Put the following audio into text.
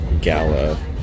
gala